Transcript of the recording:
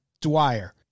Dwyer